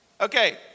Okay